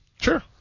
Sure